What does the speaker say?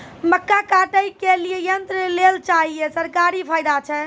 मक्का काटने के लिए यंत्र लेल चाहिए सरकारी फायदा छ?